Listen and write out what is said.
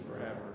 forever